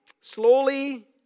slowly